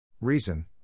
Reason